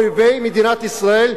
מול אויבי מדינת ישראל,